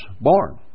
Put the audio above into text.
born